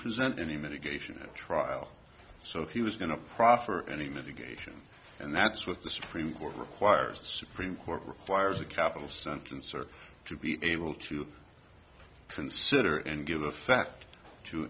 present any mitigation at trial so he was going to proffer any mitigation and that's what the supreme court requires the supreme court requires a capital sentence or to be able to consider and give effect to